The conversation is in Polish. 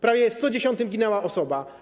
Prawie w co dziesiątym ginęła osoba.